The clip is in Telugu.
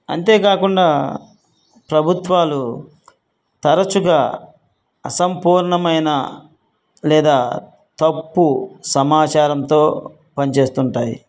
అంతేకాకుండా ప్రభుత్వాలు తరచుగా అసంపూర్ణమైన లేదా తప్పు సమాచారంతో పనిచేస్తుంటాయి